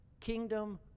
kingdom